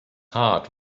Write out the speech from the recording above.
heart